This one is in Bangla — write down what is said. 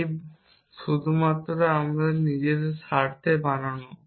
এটি শুধুমাত্র আমার নিজের স্বার্থে বানানো